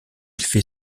fait